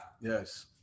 Yes